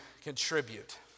contribute